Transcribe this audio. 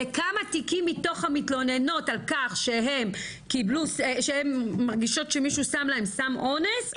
זה כמה תיקים מתוך המתלוננות על כך שהן מרגישות שמישהו שם להם סם אונס,